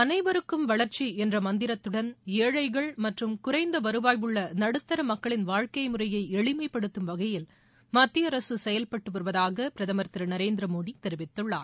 அனைவருக்கும் வளர்ச்சி என்ற மந்திரத்துடன் ஏழைகள் மற்றும் குறைந்த வருவாய் உள்ள நடுத்தர மக்களின் வாழ்க்கை முறையை எளிமைப்படுத்தும் வகையில் மத்திய அரசுசெயல்பட்டு வருவதாக பிரதமர் திரு நரேந்திரமோடி தெரிவித்துள்ளார்